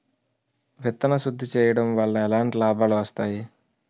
విత్తన శుద్ధి చేయడం వల్ల ఎలాంటి లాభాలు వస్తాయి?